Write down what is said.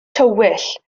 tywyll